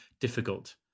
difficult